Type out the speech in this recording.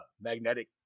magnetic